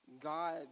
God